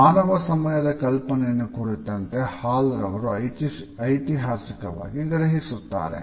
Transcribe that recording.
ಮಾನವ ಸಮಯದ ಕಲ್ಪನೆಯನ್ನು ಕುರಿತಂತೆ ಹಾಲ್ ರವರು ಐತಿಹಾಸಿಕವಾಗಿ ಗ್ರಹಿಸುತ್ತಾರೆ